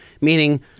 Meaning